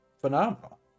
phenomenal